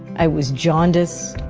i was jaundice.